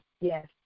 yes